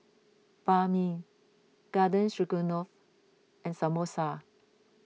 Banh Mi Garden Stroganoff and Samosa